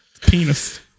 Penis